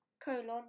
colon